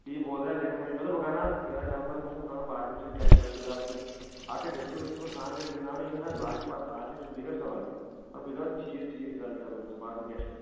تی بوزیو اَسہِ اَمہِ موجوٗب مےٚ دوٚپ بہٕ کرناو یِہوٚے کنفأرٕم اوسُم کَرُن باقٕے چیٖز کیٛاہ حِساب کِتاب چھُ تَتہِ پتہٕ ڈِسپٕلٕن وِسپٕلٕن سان گژھِ گِنٛدناونہٕ یُن حظ باقٕےٕ پتہٕ ہار جیٖت سُہ چھِ دیٖگر سوال مگر بہٕ چھُس دپان ٹھیٖک ٹھیٖک حِساب کِتاب گژھِ باقٕےٕ کیٛاہ چھُ